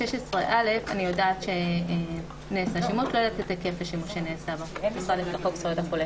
אני יודעת שנעשה שימוש בסעיף 16א לחוק זכויות החולה,